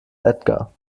edgar